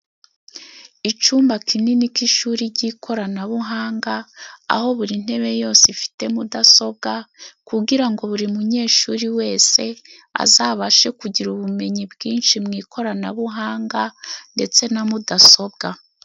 Icumba kinini c'ishuri ry'ikoranabuhanga, aho buri ntebe yose ifite mudasobwa, kugira ngo buri munyeshuri wese azabashe kugira ubumenyi bwinshi mu ikoranabuhanga ndetse na mudasobwa.